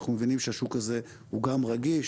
אנחנו מבינים שהשוק הזה הוא גם רגיש,